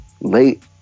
late